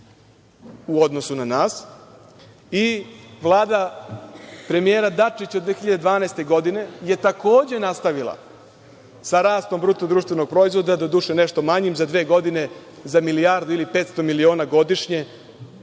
u odnosu na nas. Vlada premijera Dačića 2012. godine je takođe nastavila sa rastom BDP, doduše nešto manjim, za dve godine za milijardu ili 500 miliona godišnje